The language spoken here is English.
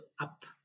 up